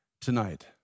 tonight